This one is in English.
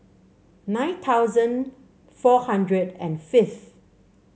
nine thousand four hundred and fifth